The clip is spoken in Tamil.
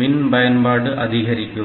மின் பயன்பாடு அதிகரிக்கும்